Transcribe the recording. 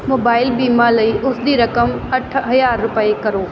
mobile ਬੀਮਾ ਲਈ ਉਸ ਦੀ ਰਕਮ ਅੱਠ ਹਜ਼ਾਰ ਰੁਪਏ ਕਰੋ